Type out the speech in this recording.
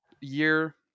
year